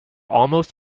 almost